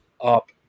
up